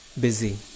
busy